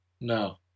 No